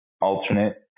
alternate